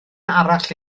arall